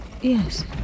yes